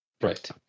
right